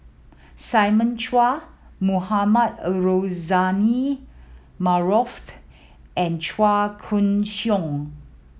Simon Chua Mohamed Rozani Maarof and Chua Koon Siong